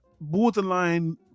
borderline